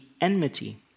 enmity